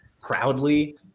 proudly